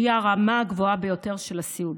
שהיא הרמה הגבוהה ביותר של הסיעוד.